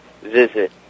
visit